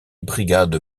brigades